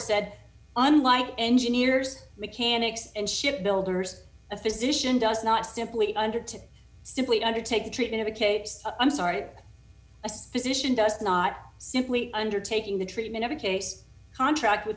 said unlike engineers mechanics and ship builders a physician does not simply under to simply undertake the treatment of a case i'm sorry a suspicion does not simply undertaking the treatment of a case contract with